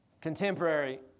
contemporary